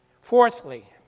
Fourthly